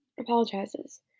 apologizes